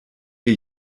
ihr